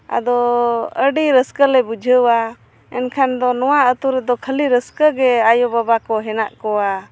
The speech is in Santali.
ᱟᱫᱚ ᱟᱹᱰᱤ ᱨᱟᱹᱥᱠᱟᱹ ᱞᱮ ᱵᱩᱡᱷᱟᱹᱣᱟ ᱮᱱᱠᱷᱟᱱ ᱫᱚ ᱱᱚᱣᱟ ᱟᱹᱛᱩ ᱨᱮᱫᱚ ᱠᱷᱟᱹᱞᱤ ᱨᱟᱹᱥᱠᱟᱹ ᱜᱮ ᱟᱭᱳᱼᱵᱟᱵᱟ ᱠᱚ ᱦᱮᱱᱟᱜ ᱠᱚᱣᱟ